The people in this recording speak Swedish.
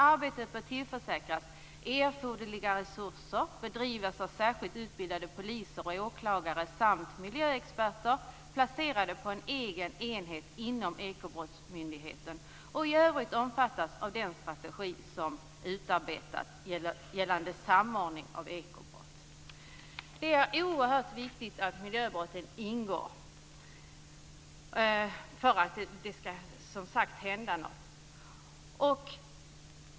Arbetet bör tillförsäkras erforderliga resurser, bedrivas av särskilt utbildade poliser och åklagare samt miljöexperter placerade på en egen enhet inom Ekobrottsmyndigheten och i övrigt omfattas av den strategi som utarbetats gällande samordning av ekobrott. Det är oerhört viktigt att miljöbrotten ingår för att det skall hända något.